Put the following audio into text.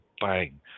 bang